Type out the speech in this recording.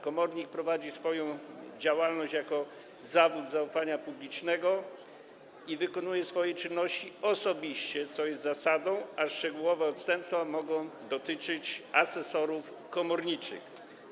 Komornik prowadzi swoją działalność jako zawód zaufania publicznego i wykonuje swoje czynności osobiście, co jest zasadą, a szczegółowe odstępstwa mogą dotyczyć asesorów komorniczych.